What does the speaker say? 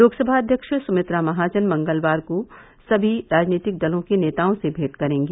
लोकसभा अध्यक्ष सुमित्रा महाजन मंगलवार को सभी राजनीतिक दलों के नेताओं से भेंट करेंगी